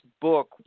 book